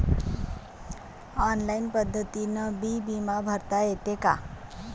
Online पद्धतीनं बी बिमा भरता येते का?